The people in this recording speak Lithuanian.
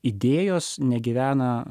idėjos negyvena